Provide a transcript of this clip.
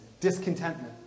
discontentment